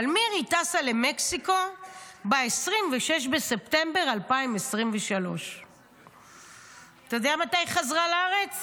אבל מירי טסה למקסיקו ב-26 בספטמבר 2023. אתה יודע מתי היא חזרה לארץ?